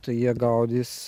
tai jie gaudys